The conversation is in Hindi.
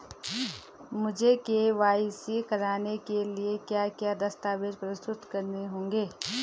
मुझे के.वाई.सी कराने के लिए क्या क्या दस्तावेज़ प्रस्तुत करने होंगे?